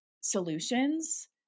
solutions